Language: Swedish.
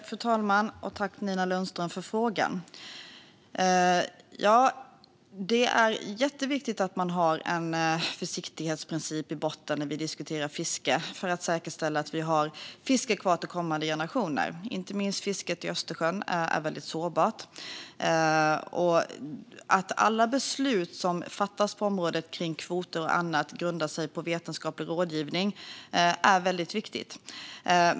Fru talman! Jag tackar Nina Lundström för frågan. När vi diskuterar fiske är det jätteviktigt att vi har en försiktighetsprincip i botten för att säkerställa att vi har fiske kvar till kommande generationer. Inte minst fisket i Östersjön är väldigt sårbart. Att alla beslut som fattas på området kring kvoter och annat grundar sig på vetenskaplig rådgivning är väldigt viktigt.